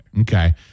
okay